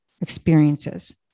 experiences